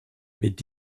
mit